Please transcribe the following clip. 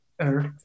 earth